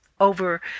over